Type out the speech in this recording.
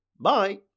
Bye